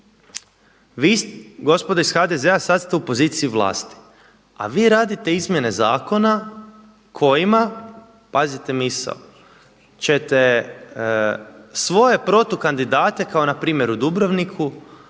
vi gospodo iz HDZ-a sad ste u poziciji vlasti, a vi radite izmjene zakona kojima, pazite misao!, ćete svoje protukandidate kao npr. u Dubrovniku